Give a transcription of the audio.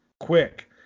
quick